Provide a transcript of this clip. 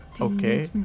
Okay